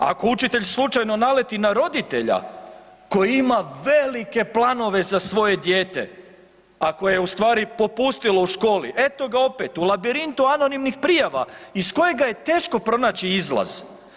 Ako učitelj slučajno naleti na roditelja koji ima velike planove za svoje dijete, a koje je ustvari popustilo u školi, eto ga opet u labirintu anonimnih prijava iz kojega je teško pronaći izlaz.